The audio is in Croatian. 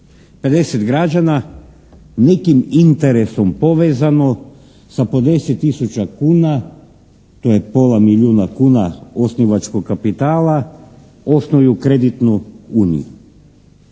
50 građana nekim interesom povezano sa po 10 tisuća kuna, to je pola milijuna kuna osnivačkog kapitala, osnuju kreditnu uniju.